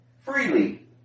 Freely